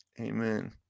Amen